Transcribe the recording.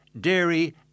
dairy